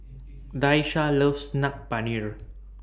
Daisha loves Saag Paneer